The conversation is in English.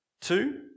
Two